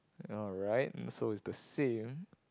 alright so it's the same